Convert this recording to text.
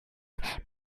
but